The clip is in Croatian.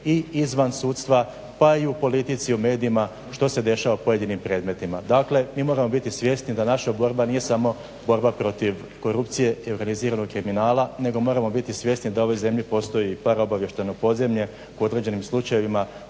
i izvan sudstva pa i u politici, u medijima što se dešava u pojedinim predmetima. Dakle, mi moramo biti svjesni da naša borba nije samo borba protiv korupcije i organiziranog kriminala nego moramo biti svjesni da u ovoj zemlji postoji bar obavještajno podzemlje koje u određenim slučajevima